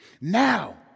Now